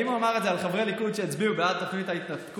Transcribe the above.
האם הוא אמר את זה על חברי ליכוד שהצביעו בעד תוכנית ההתנתקות,